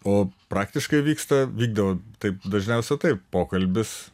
o praktiškai vyksta vykdavo taip dažniausiai taip pokalbis